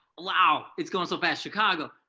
wow, it's going so fast. chicago.